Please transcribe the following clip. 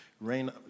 rain